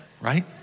right